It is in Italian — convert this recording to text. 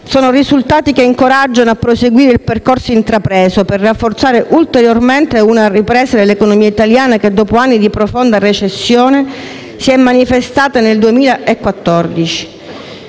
sono risultati che incoraggiano a proseguire il percorso intrapreso per rafforzare ulteriormente una ripresa dell'economia italiana che, dopo anni di profonda recessione, si è manifestata nel 2014,